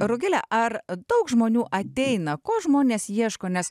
rugile ar daug žmonių ateina ko žmonės ieško nes